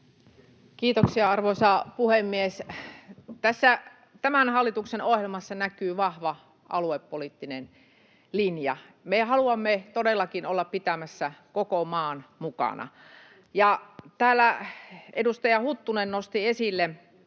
Kiitoksia, arvoisa puhemies! Tässä tämän hallituksen ohjelmassa näkyy vahva aluepoliittinen linja. Me haluamme todellakin olla pitämässä koko maan mukana. Täällä edustaja Huttunen nosti esille